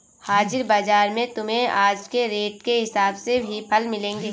हाजिर बाजार में तुम्हें आज के रेट के हिसाब से ही फल मिलेंगे